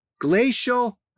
glacial